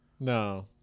no